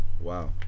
wow